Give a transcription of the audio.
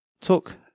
took